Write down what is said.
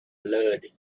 blood